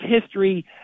history